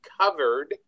covered